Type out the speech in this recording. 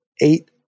eight